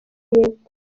y’epfo